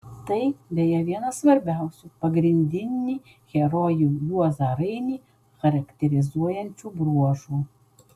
tai beje vienas svarbiausių pagrindinį herojų juozą rainį charakterizuojančių bruožų